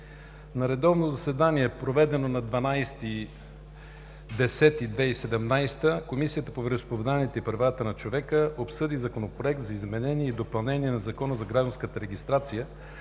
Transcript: На редовно заседание, проведено на 12 октомври 2017 г., Комисията по вероизповеданията и правата на човека обсъди Законопроект за изменение и допълнение на Закона за гражданската регистрация,